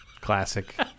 Classic